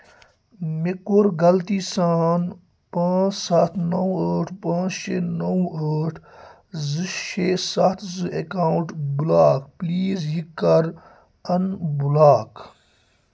مےٚ کوٚر غلطی سان پٲنٛژ سَتھ نَو ٲٹھ پٲنٛژ شےٚ نَو ٲٹھ زٕ شےٚ سَتھ زٕ اَکاوُنٛٹ بُلاک پُلیٖز یہِ کَر اَن بُلاک